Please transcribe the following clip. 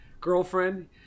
girlfriend